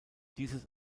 dieses